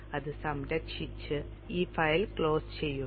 അത് സംരക്ഷിച്ച് ഈ ഫയൽ ക്ലോസ് ചെയ്യുക